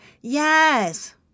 yes